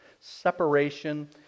separation